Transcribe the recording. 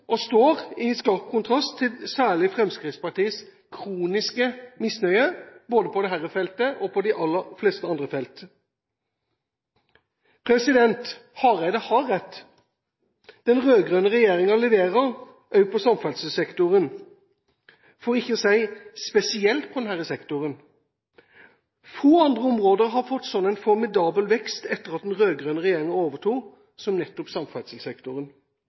og står – i skarp kontrast, særlig til Fremskrittspartiets kroniske misnøye på både dette feltet og de fleste andre felt. Hareide har rett: Den rød-grønne regjeringen leverer, også på samferdselssektoren – for ikke å si spesielt på denne sektoren. Få andre områder har fått en så formidabel vekst etter at den rød-grønne regjeringen overtok som nettopp samferdselssektoren.